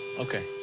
okay.